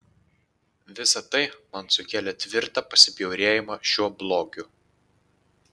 visa tai man sukėlė tvirtą pasibjaurėjimą šiuo blogiu